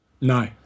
No